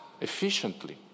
efficiently